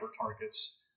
targets